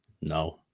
no